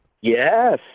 Yes